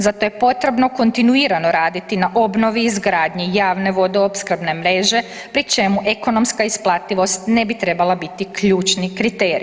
Zato je potrebno kontinuirano raditi na obnovi i izgradnji javne vodoopskrbe mreže pri čemu ekonomska isplativost ne bi trebala biti ključni kriterij.